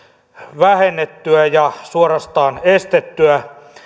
vähennettyä ja suorastaan estettyä